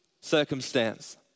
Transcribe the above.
circumstance